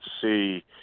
see